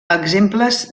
exemples